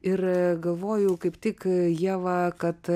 ir galvoju kaip tik ieva kad